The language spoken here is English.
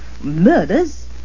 Murders